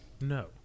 No